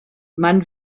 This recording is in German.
man